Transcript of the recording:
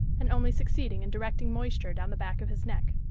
and only succeeding in directing moisture down the back of his neck.